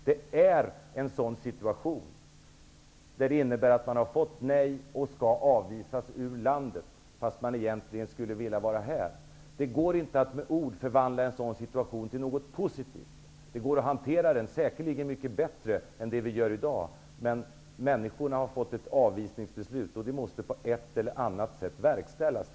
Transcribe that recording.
Att få nej innebär att man skall utvisas ur landet, fast man egentligen skulle vilja vara här. Det går inte att med ord förvandla en sådan situation till något positivt, men det går säkerligen att hantera den mycket bättre än vi gör i dag. Människorna har fått ett avvisningsbeslut, och detta måste på ett eller annat sätt verkställas.